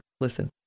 Listen